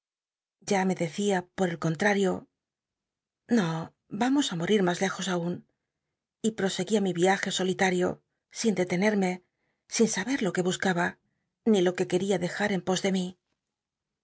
ya me decía por el contrario no l'amos ti morir mas lejos aunn y proseguía mi viaje solitario sin detenerme sin s ber lo que buscaba ni lo que quería dejar en po de mi